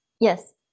Yes